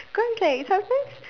cause like sometimes